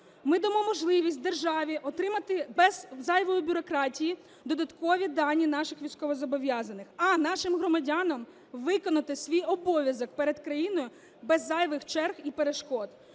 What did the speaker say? Ми дамо можливість державі отримати без зайвої бюрократії додаткові дані наших військовозобов'язаних, а нашим громадянам виконати свій обов'язок перед країною без зайвих черг і перешкод.